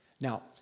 Now